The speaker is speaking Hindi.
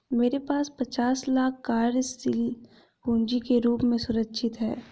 मेरे पास पचास लाख कार्यशील पूँजी के रूप में सुरक्षित हैं